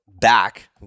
back